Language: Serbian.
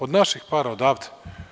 Od naših para, odavde.